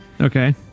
Okay